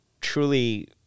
truly